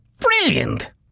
Brilliant